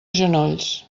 genolls